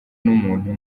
n’umuntu